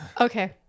okay